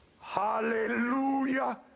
Hallelujah